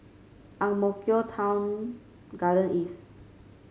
Ang Mo Kio Town Garden East